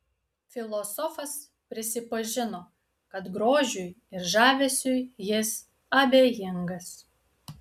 filosofas prisipažino kad grožiui ir žavesiui jis abejingas